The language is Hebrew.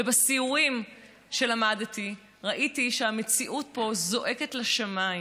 ובסיורים למדתי וראיתי שהמציאות פה זועקת לשמיים.